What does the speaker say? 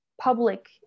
public